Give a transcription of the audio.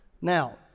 Now